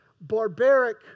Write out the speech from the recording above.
barbaric